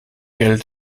geld